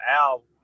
Al